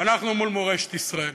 אנחנו מול מורשת ישראל,